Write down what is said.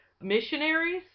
missionaries